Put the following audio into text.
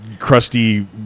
crusty